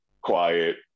quiet